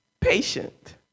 patient